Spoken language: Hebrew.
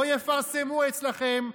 לא יפרסמו אצלכם,